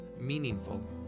meaningful